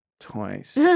twice